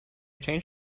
changed